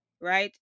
right